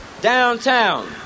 downtown